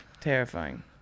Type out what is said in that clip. Terrifying